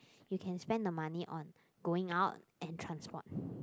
you can spend the money on going out and transport